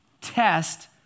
test